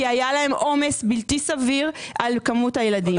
היה להן עומס בלתי סביר על כמות הילדים.